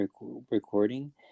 recording